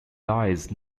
lies